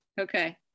Okay